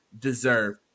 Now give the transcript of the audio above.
deserve